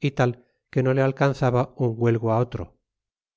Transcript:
y tal que no le alcanzaba un huelgo otro